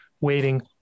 waiting